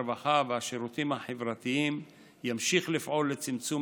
הרווחה והשירותים החברתיים ימשיך לפעול לצמצום